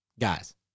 Guys